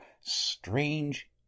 strange